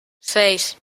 seis